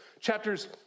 Chapters